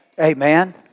Amen